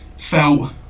felt